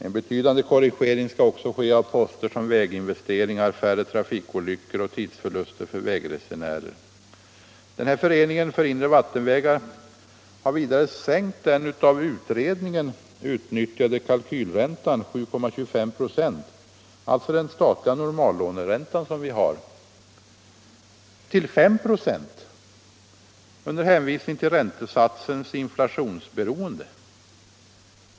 En betydande korrigering skall också ske av poster som väginvesteringar, färre trafikolyckor och tidsförluster för vägresenärer. Föreningen för inre vattenvägar har vidare sänkt den av utredningen utnyttjade kalkylräntan 7,25 "a, alltså den statliga normallåneräntan, till 5 "> under hänvisning till räntesatsens inflationsberoende.